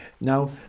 Now